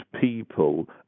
people